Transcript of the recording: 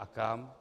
A kam?